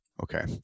Okay